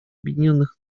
объединенных